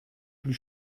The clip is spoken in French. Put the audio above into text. plus